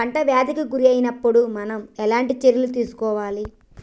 పంట వ్యాధి కి గురి అయినపుడు మనం ఎలాంటి చర్య తీసుకోవాలి?